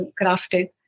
crafted